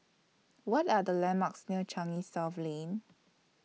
What Are The landmarks near Changi South Lane